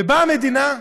ובאה המדינה,